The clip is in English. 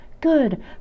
Good